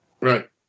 Right